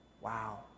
wow